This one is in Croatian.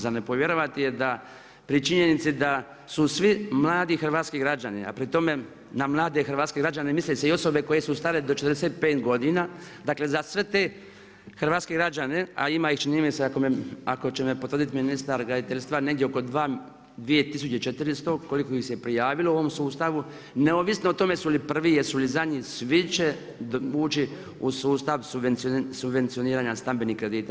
Za ne povjerovati je pri činjenici da su svi mladi hrvatski građani a pri tome na mlade građane misle se i osobe koje su stare do 45 godina, dakle za sve te hrvatske građane, a ima ih čini mi se, ako će me potvrditi ministar graditeljstva, negdje oko 2 400 koliko ih se prijavilo u ovom sustavu, neovisno o tome jelu li prvi, jesu li zadnji, svi će ući u sustav subvencioniranja stambenih kredita.